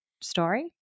story